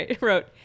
wrote